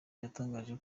yatangaje